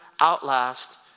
outlast